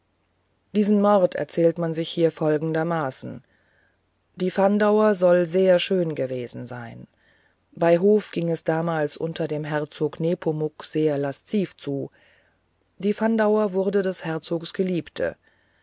diesen mord erzählt man sich hier folgendermaßen die fandauer soll sehr schön gewesen sein bei hof ging es damals unter dem herzog nepomuk sehr lasziv zu die fandauer wurde des herzogs geliebte